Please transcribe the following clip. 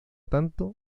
tanto